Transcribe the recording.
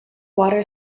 water